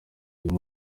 n’izo